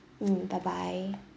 mm bye bye